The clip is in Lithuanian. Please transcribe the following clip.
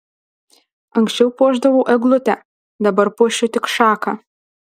anksčiau puošdavau eglutę dabar puošiu tik šaką